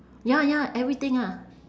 ya ya everything ah